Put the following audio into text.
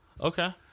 Okay